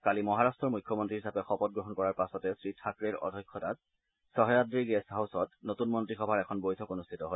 কালি মহাৰট্টৰ মুখ্যমন্ত্ৰী হিচাপে শপত গ্ৰহণ কৰাৰ পাছতে শ্ৰী থাকৰেৰ অধ্যক্ষতাত সাহায়াদ্ৰী গেষ্ট হাউচত নতুন মন্ত্ৰীসভাৰ এখন বৈঠক অনূষ্ঠিত হয়